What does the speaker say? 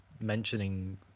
mentioning